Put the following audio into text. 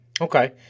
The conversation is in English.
okay